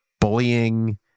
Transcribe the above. bullying